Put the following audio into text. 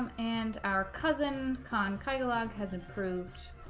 um and our cousin kahn catalog has approved